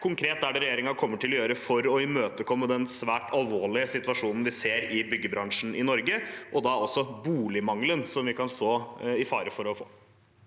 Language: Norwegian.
konkret er det regjeringen kommer til å gjøre for å imøtekomme den svært alvorlige situasjonen vi ser i byggebransjen i Norge, og da også boligmangelen som vi kan stå i fare for å få?